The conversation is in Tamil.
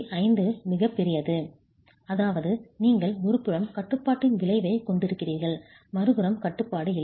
5 மிகப்பெரியது அதாவது நீங்கள் ஒருபுறம் கட்டுப்பாட்டின் விளைவைக் கொண்டிருக்கிறீர்கள் மறுபுறம் கட்டுப்பாடு இல்லை